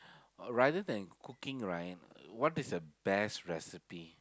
rather than cooking right what is the best recipe